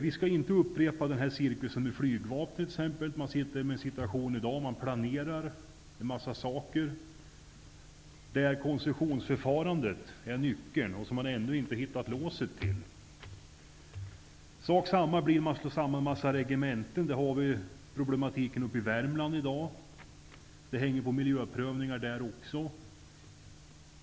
Vi skall inte upprepa cirkusen med flygvapnet. Man planerar en massa saker, där koncessionsförfarandet är nyckeln som man ännu inte har hittat låset till. Detsamma blir förhållandet om man slår samman regementen. Där har vi problematiken i Värmland i dag, där miljöprövningarna blir avgörande.